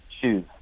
shoes